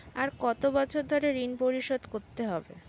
আর কত বছর ধরে ঋণ পরিশোধ করতে হবে?